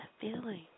feeling